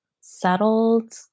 settled